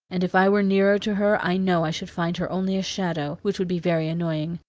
and if i were nearer to her i know i should find her only a shadow, which would be very annoying.